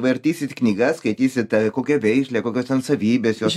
vartysit knygasskaitysit a kokia veislė kokios ten savybės jos